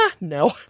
No